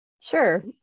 Sure